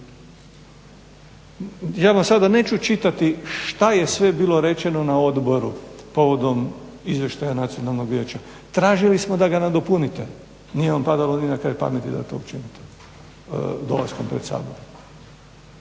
Ja vam sada neću čitati što je sve bilo rečeno na odboru povodom izvještaja Nacionalnog vijeća. Tražili smo da ga nadopunite, nije vam padalo ni na kraj pameti da to učinite dolaskom pred Sabor.